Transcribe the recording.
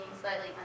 slightly